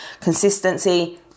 Consistency